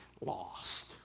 lost